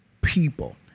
people